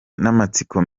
n’amatsiko